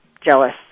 jealous